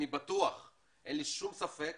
אין לי שום ספק